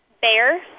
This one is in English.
Bear